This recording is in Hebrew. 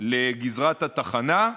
לגזרת התחנה.